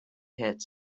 hits